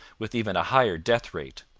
with even a higher death-rate.